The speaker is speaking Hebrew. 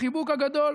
בחיבוק הגדול,